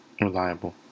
Reliable